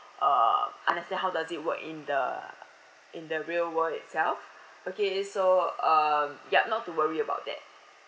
uh understand how does it work in the in the real world itself okay so um yup not to worry about that